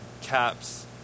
Caps